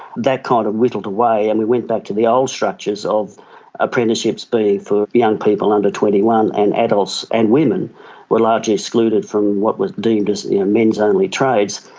that kind of whittled away and we went back to the old structures of apprenticeships being for young people under twenty one, and adults and women were largely excluded from what was deemed as men's-only trades.